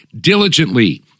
diligently